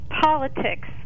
politics